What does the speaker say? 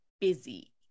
busy